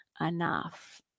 enough